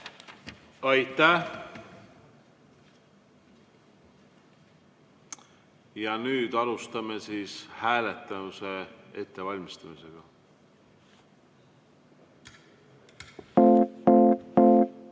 Aitäh! Ja nüüd alustame siis hääletuse ettevalmistamist. Head